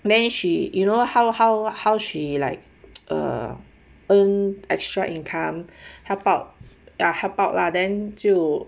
then she you know how how how she like uh earn extra income help out uh help out lah then 就